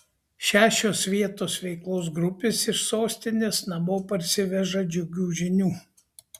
šešios vietos veiklos grupės iš sostinės namo parsiveža džiugių žinių